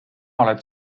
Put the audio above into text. oled